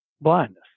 blindness